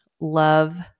love